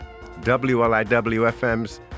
WLIW-FM's